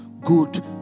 good